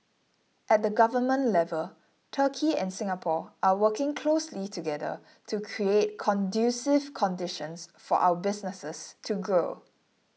at the government level Turkey and Singapore are working closely together to create conducive conditions for our businesses to grow